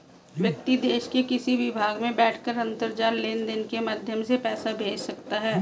व्यक्ति देश के किसी भी भाग में बैठकर अंतरजाल लेनदेन के माध्यम से पैसा भेज सकता है